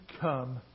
come